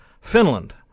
Finland